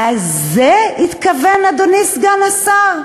אז לזה התכוון אדוני סגן השר?